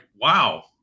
wow